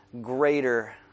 greater